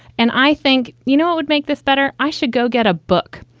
and i think, you know what would make this better? i should go get a book.